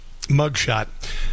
mugshot